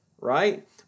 right